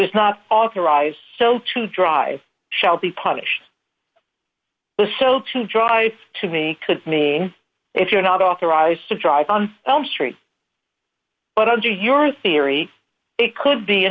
is not authorized to drive shall be punished the so to drive to me could mean if you are not authorized to drive on elm street but under your theory it could be